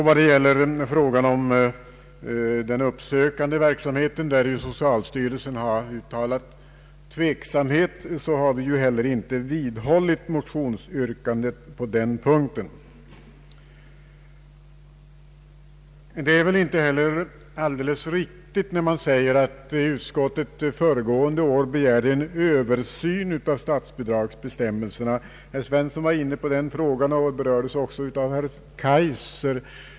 I fråga om den uppsökande verksamheten har ju socialstyrelsen uttalat tveksamhet, och vi har inte heller vidhållit motionsyrkandet på denna punkt. Det är inte heller alldeles riktigt när det sägs att utskottet föregående år begärde en översyn av statsbidragsbestämmelserna — herr Svensson var inne på den frågan, och den berördes också av herr Kaijser.